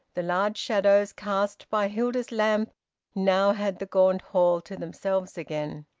the large shadows cast by hilda's lamp now had the gaunt hall to themselves again.